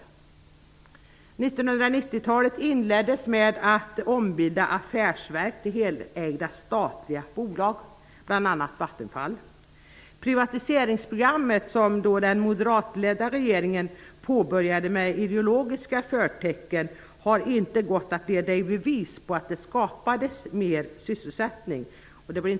1990-talet inleddes med att ombilda affärsverk till helägda statliga bolag, bl.a. Vattenfall. Det har inte gått att leda i bevis att privatiseringsprogrammet, som den moderatledda regeringen påbörjade med ideologiska förtecken, skapade mer sysselsättning. Tvärtom!